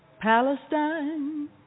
Palestine